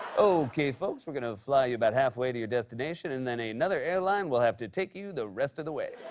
okay, folks, we're going to fly you about halfway to your destination, and then, another airline will have to take you the rest of the way.